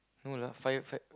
no lah firefight